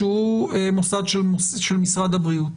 שהוא מוסד של משרד הבריאות.